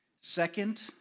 Second